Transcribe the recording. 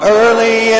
early